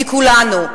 מכולנו,